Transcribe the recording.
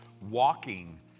walking